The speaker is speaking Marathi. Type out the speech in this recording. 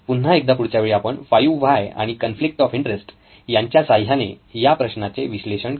पुन्हा एकदा पुढच्यावेळी आपण 5 व्हाय आणि कॉन्फ्लिक्ट ऑफ इंटरेस्ट यांच्या साह्याने या प्रश्नाचे विश्लेषण करू